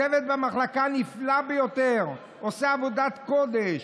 הצוות והמחלקה נפלאים ביותר, עושים עבודת קודש.